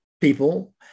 people